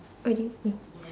oh did you